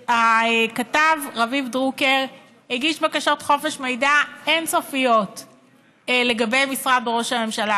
הכתב רביב דרוקר הגיש בקשות חופש מידע אין-סופיות לגבי משרד ראש הממשלה,